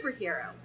superhero